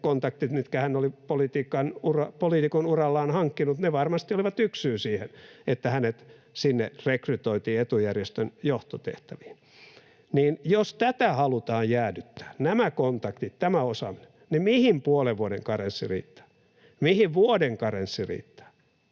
kontaktit, mitkä hän oli poliitikon urallaan hankkinut, varmasti olivat yksi syy siihen, että hänet sinne rekrytoitiin, etujärjestön johtotehtäviin. Jos tätä halutaan jäädyttää, nämä kontaktit, tämä osaaminen, niin mihin puolen vuoden karenssi riittää? Mihin vuoden karenssi riittää?